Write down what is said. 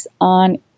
on